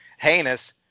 heinous